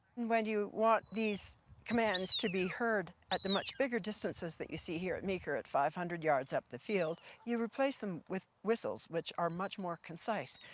when you want these commands to be heard at the much bigger distances that you see here at meeker at five hundred yards up the field, you replace them with whistles, which are much more concise.